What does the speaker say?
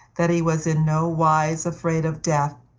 that he was in no wise afraid of death,